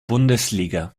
bundesliga